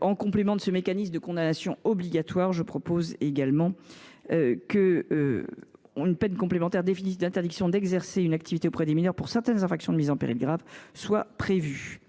En complément du mécanisme de condamnation obligatoire à une peine complémentaire définitive d’interdiction d’exercer une activité auprès des mineurs pour certaines infractions de mise en péril graves déjà prévue